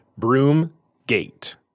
Broomgate